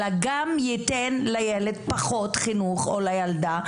אלא גם ייתן לילד פחות חינוך או לילדה,